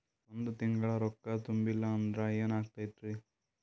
ಒಂದ ತಿಂಗಳ ರೊಕ್ಕ ತುಂಬಿಲ್ಲ ಅಂದ್ರ ಎನಾಗತೈತ್ರಿ?